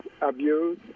abuse